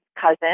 cousin